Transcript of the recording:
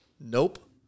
Nope